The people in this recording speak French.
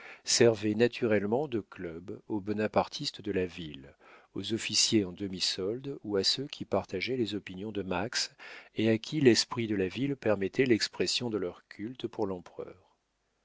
servait naturellement de club aux bonapartistes de la ville aux officiers en demi-solde ou à ceux qui partageaient les opinions de max et à qui l'esprit de la ville permettait l'expression de leur culte pour l'empereur